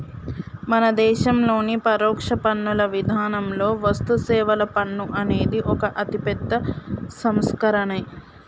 మన దేశంలోని పరోక్ష పన్నుల విధానంలో వస్తుసేవల పన్ను అనేది ఒక అతిపెద్ద సంస్కరనే